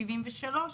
1973,